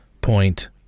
point